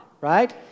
right